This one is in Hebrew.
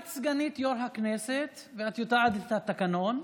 את סגנית יו"ר הכנסת ואת יודעת את התקנון,